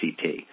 CT